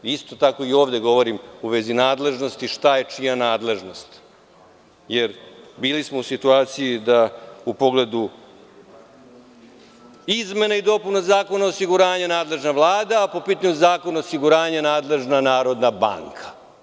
Isto tako i ovde govorim, u vezi nadležnosti, šta je čija nadležnost, jer bili smo u situaciji da u pogledu izmena i dopuna Zakona o osiguranju nadležna je Vlada, a po pitanju Zakona o osiguranju nadležna je Narodna banka.